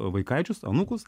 vaikaičius anūkus